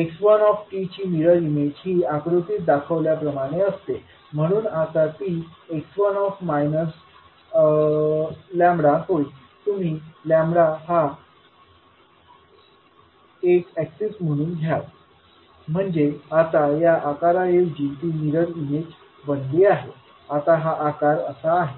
x1t ची mirror image हि आकृतीत दाखविल्याप्रमाणे असेल म्हणून आता ती x1 λ होईल तुम्ही एक एक्सिस म्हणून घ्या म्हणजे आता या आकाराऐवजी ती मिरर इमेज बनली आहे आता हा आकार असा आहे